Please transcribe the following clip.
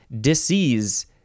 disease